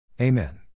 Amen